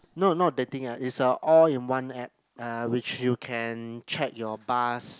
no not dating app is a all in one app uh which you can check your bus